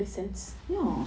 ya